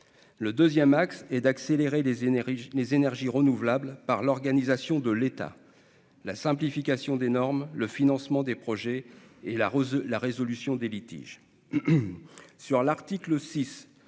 le 2ème axe et d'accélérer les énergies, les énergies renouvelables par l'organisation de l'État, la simplification des normes, le financement des projets et la rose, la résolution des litiges sur l'article 6